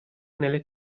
nelle